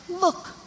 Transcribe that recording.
look